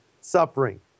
suffering